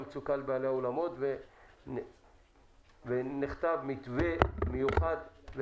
מצוקה לבעלי האולמות ונכתב מתווה מיוחד.